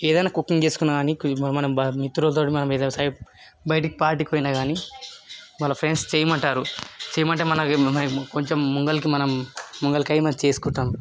ఏదైనా కుకింగ్ చేసుకున్న కాని మనం భ మిత్రులతోటి మనం బయటికి పార్టీకి పోయిన కాని వాళ్ళ ఫ్రండ్స్ చెయ్యమంటారు చెయ్యమంటే మనకి కొంచం ముందరికి మనం ముందరికై మనం చేస్కుంటాము